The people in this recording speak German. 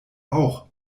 auch